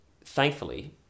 thankfully